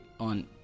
on